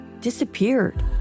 disappeared